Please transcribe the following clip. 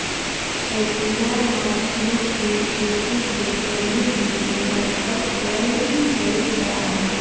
खेतिहर मजदूर के खेती से कभी भी बेदखल कैल दे जा हई